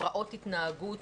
הפרעות התנהגות,